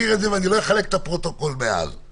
שיש